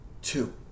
Two